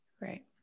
Right